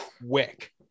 quick